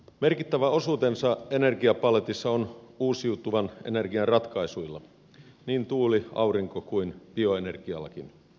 merkittävä osuutensa energiapaletissa on uusiutuvan energian ratkaisuilla niin tuuli aurinko kuin bioenergiallakin